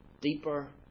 deeper